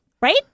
Right